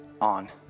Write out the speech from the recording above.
on